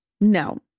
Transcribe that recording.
No